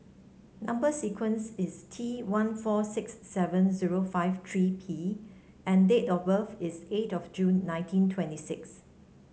number sequence is T one four six seven zero five three P and date of birth is eight June nineteen twenty six